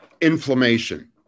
inflammation